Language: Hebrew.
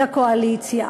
לקואליציה.